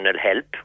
help